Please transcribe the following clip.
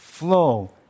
flow